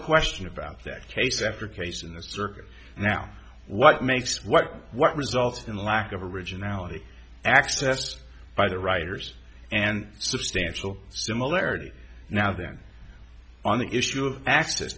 question about that case after case in the circuit now what makes what what resulted in the lack of originality accessed by the writers and substantial similarity now then on the issue of ac